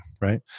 right